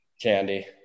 candy